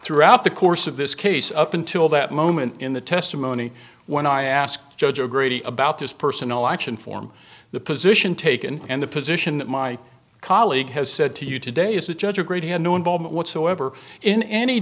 throughout the course of this case up until that moment in the testimony when i ask judge agreed about this personal action form the position taken and the position my colleague has said to you today is the judge agreed he had no involvement whatsoever in any